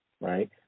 right